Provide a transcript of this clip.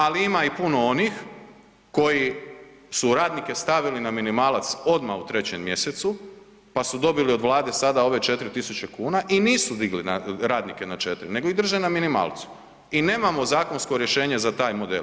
Ali i puno onih koji su radnike stavili na minimalac odmah u 3. mj. pa su dobili od Vlade sada ove 4000 kn i nisu digli radnike na 4 nego ih drže na minimalcu i nemamo zakonsko rješenje za taj model.